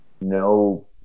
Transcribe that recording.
no